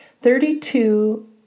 Thirty-two